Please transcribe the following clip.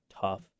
tough